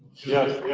yes.